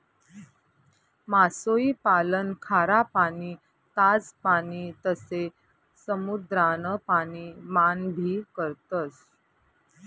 मासोई पालन खारा पाणी, ताज पाणी तसे समुद्रान पाणी मान भी करतस